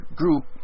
group